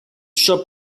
shop